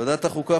ועדת החוקה,